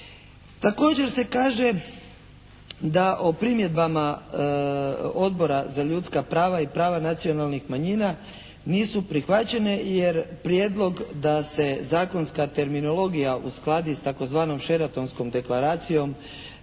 Također se kaže da o primjedbama Odbora za ljudska prava i prava nacionalnih manjina nisu prihvaćene jer prijedlog da se zakonska terminologija uskladi s tzv. Sheratonskom deklaracijom